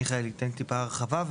מיכאל ייתן טיפה הרחבה,